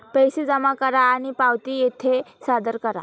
पैसे जमा करा आणि पावती येथे सादर करा